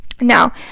Now